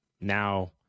Now